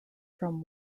from